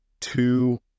Two